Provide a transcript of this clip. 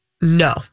No